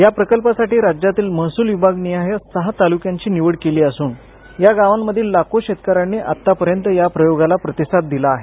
या प्रकल्पासाठी राज्यातील महसूल विभागनिहाय सहा तालुक्यांची निवड केली असून या गावांमधील लाखो शेतकऱ्यांनी आतापर्यंत या प्रयोगाला प्रतिसाद दिला आहे